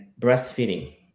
breastfeeding